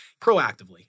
proactively